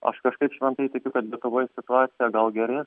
aš kažkaip šventai tikiu kad lietuvoje situacija gal gerės